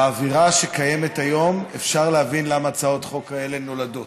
באווירה שקיימת היום אפשר להבין למה הצעות חוק כאלה נולדות.